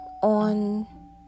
on